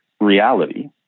reality